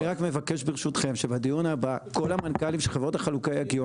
אני מבקש שלדיון הבא כל המנכ"לים של חברות החלוקה יגיעו.